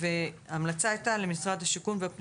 ההמלצה הייתה למשרד השיכון ולמשרד הפנים